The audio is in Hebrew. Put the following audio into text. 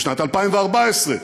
בשנת 2014,